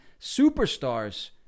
superstars